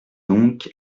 donc